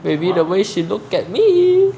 maybe the way she looked at me